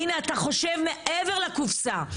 הינה אתה חושב מעבר לקופסה.